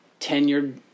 tenured